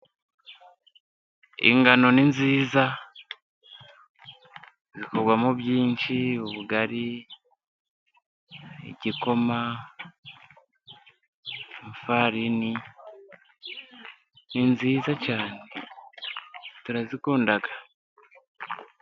Ingano ni nziza zikugwamo byinshi: ubugari, igikoma, ifarini, ni nziza cyane turazikunda.